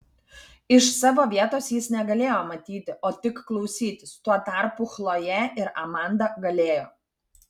iš savo vietos jis negalėjo matyti o tik klausytis tuo tarpu chlojė ir amanda galėjo